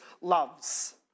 loves